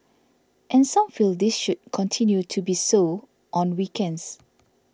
and some feel this should continue to be so on weekends